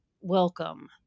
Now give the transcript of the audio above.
welcome